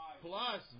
Plus